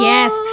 Yes